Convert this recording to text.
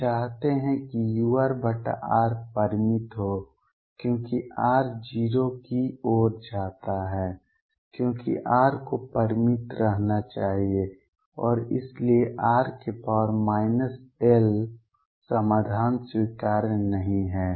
हम चाहते हैं कि urr परिमित हो क्योंकि r 0 की ओर जाता है क्योंकि r को परिमित रहना चाहिए और इसलिए r l समाधान स्वीकार्य नहीं है